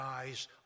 eyes